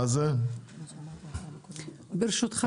ברשותך,